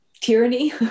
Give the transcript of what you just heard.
tyranny